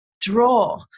draw